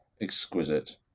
exquisite